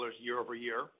year-over-year